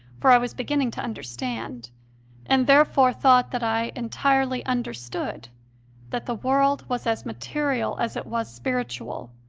for i was beginning to understand and, therefore, thought that i entirely understood that the world was as material as it was spiritual,